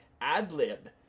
ad-lib